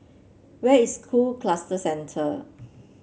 where is School Cluster Centre